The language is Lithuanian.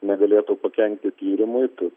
negalėtų pakenkti tyrimui tad